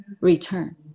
return